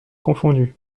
confondu